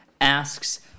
asks